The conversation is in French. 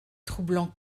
troublants